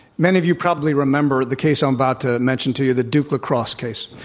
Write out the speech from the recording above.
many of you probably remember the case i'm about to mention to you, the duke lacrosse case.